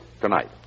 Tonight